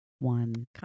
One